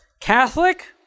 Catholic